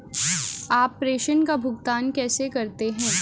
आप प्रेषण का भुगतान कैसे करते हैं?